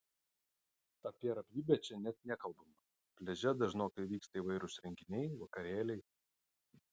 apie ramybę čia net nekalbama pliaže dažnokai vyksta įvairūs renginiai vakarėliai